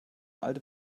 alte